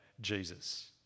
Jesus